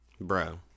Bro